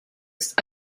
ist